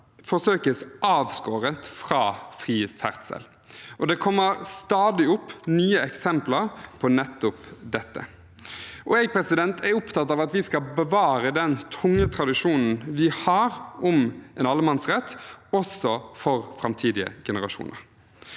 forsøkes avskåret fra fri ferdsel. Det kommer stadig opp nye eksempler på nettopp dette. Jeg er opptatt av at vi skal bevare den tunge tradisjonen vi har om en allemannsrett også for framtidige generasjoner.